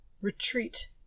retreat